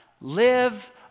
Live